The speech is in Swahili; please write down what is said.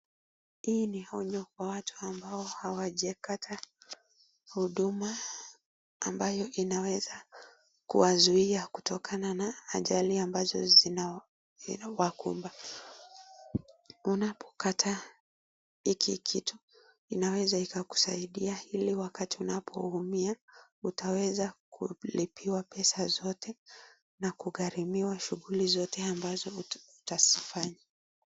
Hii ni onyo kwa watu ambao hawajakata huduma ambayo inaweza kuwazuia kutokana na ajali ambazo vinawakumba. Unapokata hiki kitu inaweza kusaidia hili wakati unapoumia utaweza kulipiwa pesa zote na kugharamiwa shughuli zote ambazo utazifanya.